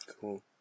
Cool